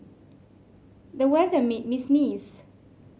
the weather made me sneeze